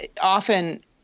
often